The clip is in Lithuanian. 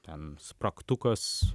ten spragtukas